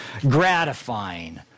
gratifying